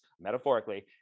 metaphorically